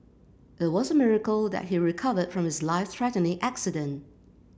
it was a miracle that he recovered from his life threatening accident